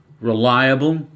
reliable